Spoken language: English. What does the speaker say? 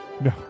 No